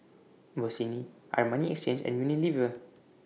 Bossini Armani Exchange and Unilever